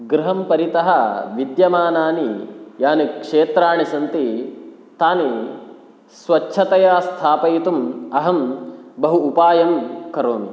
गृहं परितः विद्यमानानि यानि क्षेत्राणि सन्ति तानि स्वच्छतया स्थापयितुम् अहं बहु उपायं करोमि